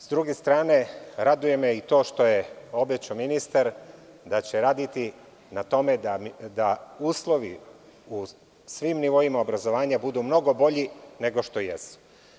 Sa druge strane, raduje me to što je ministar obećao da će raditi na tome da uslovi na svim nivoima obrazovanja budu mnogo bolji, nego što jesu.